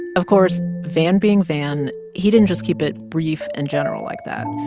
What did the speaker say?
of course, van being van, he didn't just keep it brief and general like that.